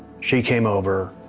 she came over,